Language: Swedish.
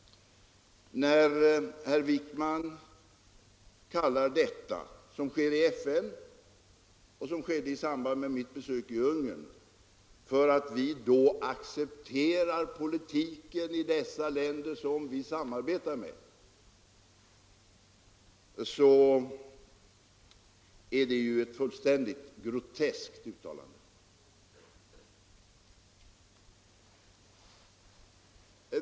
När herr Wijkman säger att det som sker i FN och det som skedde i samband med mitt besök i Ungern innebär att vi accepterar politiken i de länder som vi samarbetar med, är det ett fullständigt groteskt uttalande.